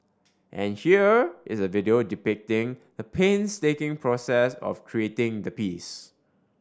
and here is a video depicting the painstaking process of creating the piece